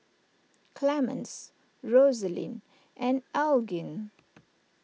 Clemens Rosaline and Elgin